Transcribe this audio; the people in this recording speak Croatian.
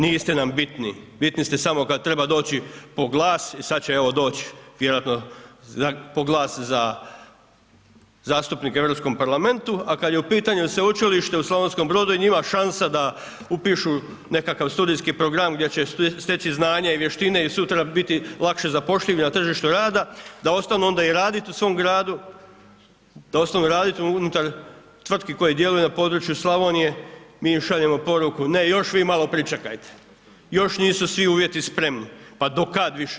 Niste nam bitni, bitni ste samo kad treba doći po glas i sad će evo doć vjerojatno po glas za zastupnike u Europskom parlamentu, a kad je u pitanju Sveučilište u Slavonskom Brodu i njima šansa da upišu nekakav studijski program gdje će steći znanje i vještine i sutra biti lakše zapošljivi na tržištu rada, da ostanu onda i radit u svom gradu, da ostanu radit unutar na području Slavonije, mi im šaljemo poruku ne, još vi malo pričekajte, još nisu svi uvjeti spremni, pa do kad više?